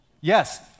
yes